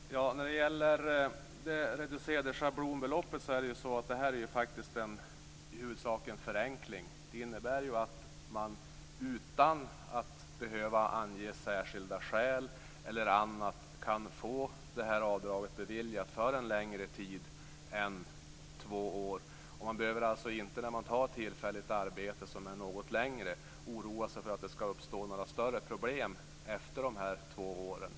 Fru talman! När det gäller det reducerade schablonbeloppet kan jag säga att det i huvudsak är en förenkling. Det innebär att man utan att behöva ange särskilda skäl eller annat kan få detta avdrag beviljat för en längre tid än två år. Man behöver alltså inte, när man tar tillfälligt arbete som varar något längre, oroa sig för att det skall uppstå några större problem efter dessa två år.